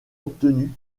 obtenu